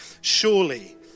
Surely